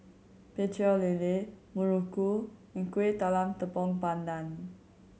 Pecel Lele muruku and Kuih Talam Tepong Pandan